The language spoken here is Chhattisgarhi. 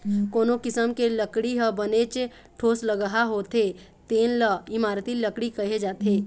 कोनो किसम के लकड़ी ह बनेच ठोसलगहा होथे तेन ल इमारती लकड़ी कहे जाथे